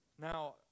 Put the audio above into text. Now